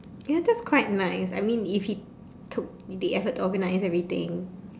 ya that's quite nice I mean if he took the effort to organise everything